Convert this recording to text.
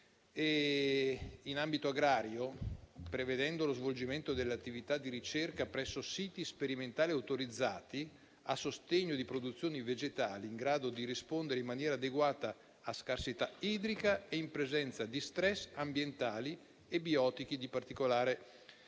genetica agraria, per consentire lo svolgimento delle attività di ricerca presso siti sperimentali autorizzati, a sostegno di produzioni vegetali in grado di rispondere in maniera adeguata a scarsità idrica ed in presenza di *stress* ambientali e biotici di particolare intensità,